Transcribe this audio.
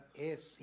es